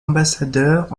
ambassadeur